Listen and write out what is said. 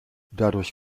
dadurch